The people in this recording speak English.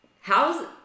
how's